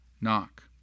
Knock